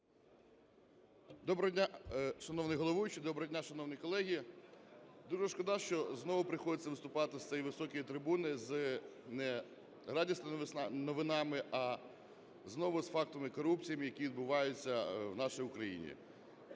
Доброго дня, шановний головуючий! Доброго дня, шановні колеги! Дуже шкода, що знову приходиться виступати з цієї високої трибуни не з радісними новинами, а знову з фактами корупції, які відбуваються в нашій Україні.